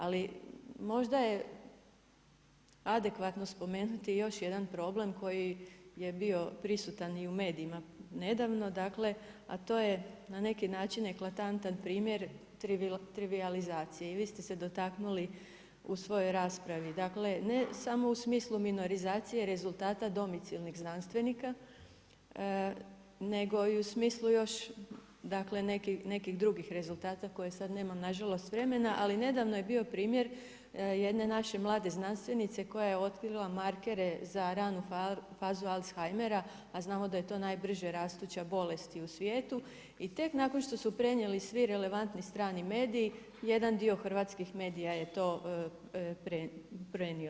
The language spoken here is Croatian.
Ali možda je adekvatno spomenuti još jedan problem koji je bio prisutan i u medijima nedavno, dakle, a to je na neki način eklatantan primjer trivijalizacije i vi ste se dotaknuli u svojoj raspravi dakle ne samo u smislu minorizacije i rezultata domicilnih znanstvenika, nego i u smislu još nekih drugih rezultata koje sada nemam na žalost vremena, ali nedavno je bio primjer jedne naše mlade znanstvenice koja je otkrila markere za ranu fazu alzheimera, a znamo da je to najbrže rastuća bolest i u svijetu i tek nakon što su prenijeli svi relevantni strani mediji jedan dio hrvatskih medija je to prenio.